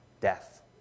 death